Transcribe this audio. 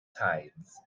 tides